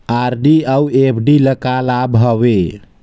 RD अऊ FD ल का लाभ हवे?